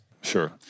Sure